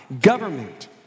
government